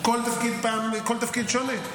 בכל תפקיד זה שונה,